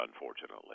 unfortunately